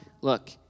Look